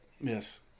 Yes